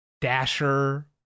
Dasher